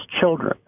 children